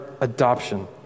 adoption